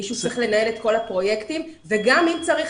מישהו צריך לנהל את כל הפרויקטים וגם אם צריך